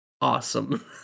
awesome